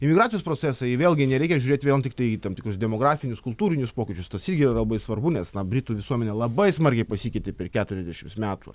imigracijos procesai vėlgi nereikia žiūrėti vien tiktai į tam tikrus demografinius kultūrinius pokyčius tos įgeria labai svarbu nes na britų visuomenė labai smarkiai pasikeitė per keturiasdešim metų